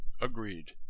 Agreed